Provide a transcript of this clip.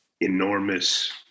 enormous